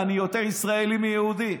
אני יותר ישראלי מיהודי.